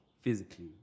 physically